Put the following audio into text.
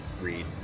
read